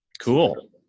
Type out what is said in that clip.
Cool